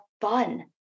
fun